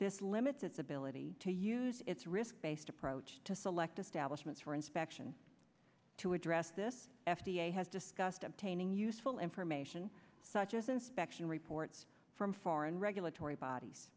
this limits its ability to use its risk based approach to select establishments for inspection to address this f d a has discussed obtaining useful information such as inspection reports from foreign regulatory bodies